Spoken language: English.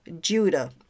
Judah